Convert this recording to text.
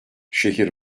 şehir